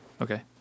Okay